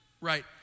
right